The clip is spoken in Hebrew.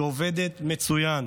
שעובדת מצוין,